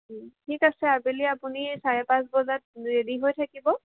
ঠিক আছে আবেলি আপুনি চাৰে পাঁচ বজাত ৰেডি হৈ থাকিব